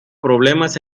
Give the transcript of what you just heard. problemas